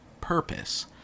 purpose